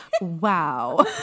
wow